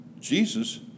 Jesus